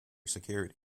security